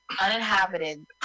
uninhabited